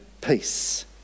peace